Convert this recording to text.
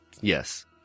Yes